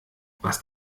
was